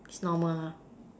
it's normal